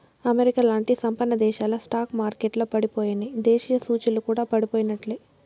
అమెరికాలాంటి సంపన్నదేశాల స్టాక్ మార్కెట్లల పడిపోయెనా, దేశీయ సూచీలు కూడా పడిపోయినట్లే